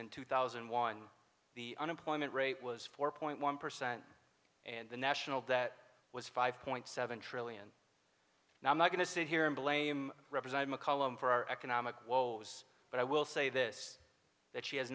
in two thousand and one the unemployment rate was four point one percent and the national that was five point seven trillion now i'm not going to sit here and blame represent mccollum for our economic woes but i will say this that she has